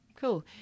Cool